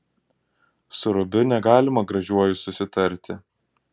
su rubiu negalima gražiuoju susitarti